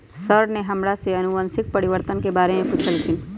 sir ने हमरा से अनुवंशिक परिवर्तन के बारे में पूछल खिन